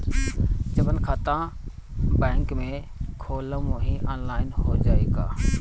जवन खाता बैंक में खोलम वही आनलाइन हो जाई का?